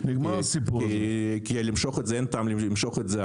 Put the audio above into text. כי אין טעם למשוך את זה.